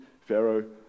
Pharaoh